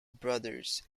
brothers